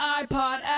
iPod